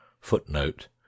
footnote